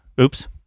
Oops